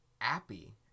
Appy